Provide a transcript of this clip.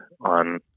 on